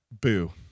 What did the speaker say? boo